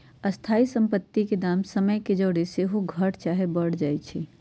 स्थाइ सम्पति के दाम समय के जौरे सेहो घट चाहे बढ़ सकइ छइ